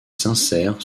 sincère